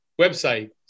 website